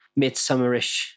midsummerish